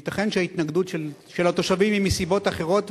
ייתכן שההתנגדות של התושבים היא מסיבות אחרות,